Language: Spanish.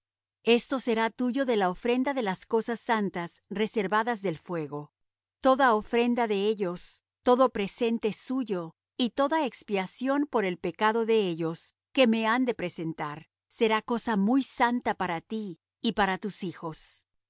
esto será tuyo de la ofrenda de las cosas santas reservadas del fuego toda ofrenda de ellos todo presente suyo y toda expiación por el pecado de ellos que me han de presentar será cosa muy santa para ti y para tus hijos